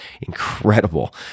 incredible